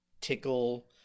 tickle